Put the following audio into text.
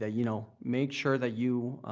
ah you know make sure that you